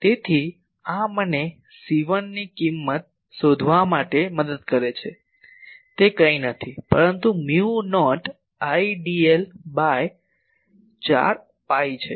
તેથી આ મને C1 ની કિંમત શોધવા માટે મદદ કરે છે તે કંઈ નથી પરંતુ મ્યુ નોટ Idl ભાગ્યા 4 પાઈ છે